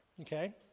okay